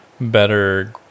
better